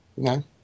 No